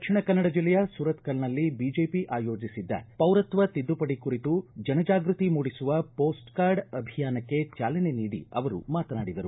ದಕ್ಷಿಣ ಕನ್ನಡ ಜಲ್ಲೆಯ ಸುರತ್ಕಲ್ನಲ್ಲಿ ಬಿಜೆಪಿ ಆಯೋಜಿಸಿದ ಪೌರತ್ವ ತಿದ್ದುಪಡಿ ಕುರಿತು ಜಾಗೃತಿ ಮೂಡಿಸುವ ಪೋರ್ಟ್ ಕಾರ್ಡ್ ಅಭಿಯಾನಕ್ಕೆ ಚಾಲನೆ ನೀಡಿ ಮಾತನಾಡಿದರು